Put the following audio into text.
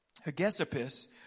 Hegesippus